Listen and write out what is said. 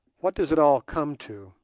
what does it all come to?